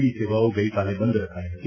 D સેવા ગઇકાલે બંધ રખાઇ હતી